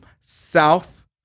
South